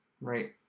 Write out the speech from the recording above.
right